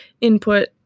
input